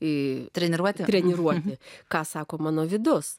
į treniruotę treniruojami ką sako mano vidus